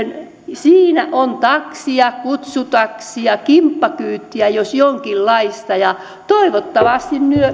siinä on taksia kutsutaksia kimppakyytiä jos jonkinlaista ja toivottavasti